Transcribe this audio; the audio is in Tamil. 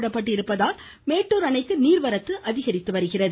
விடப்பட்டிருப்பதால் மேட்டூர் அணைக்கு நீர்வரத்து அதிகரித்து வருகிறது